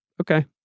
Okay